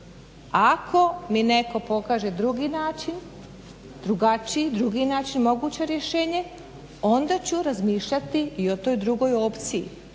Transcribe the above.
Ako mi netko pokaže drugi način, drugačiji način moguće rješenje onda ću razmišljati i o toj drugoj opciji.